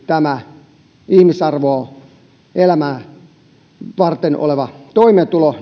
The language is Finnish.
tämä ihmisarvoista elämää varten oleva toimeentulo